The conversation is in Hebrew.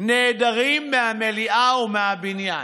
נעדרים מהמליאה או מהבניין,